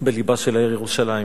בלבה של העיר ירושלים,